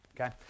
Okay